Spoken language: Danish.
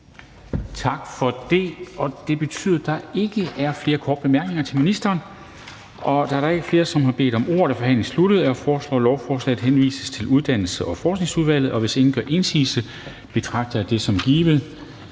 Tak for det. Det betyder, at der ikke er flere korte bemærkninger til ministeren. Da der ikke er flere, som har bedt om ordet, er forhandlingen sluttet. Jeg foreslår, at lovforslaget henvises til Uddannelses- og Forskningsudvalget. Hvis ingen gør indsigelse, betragter jeg det som vedtaget.